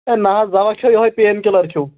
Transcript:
ہے نا حظ دَوا کھیٚو یوٚہَے پین کِلَر کھیٚو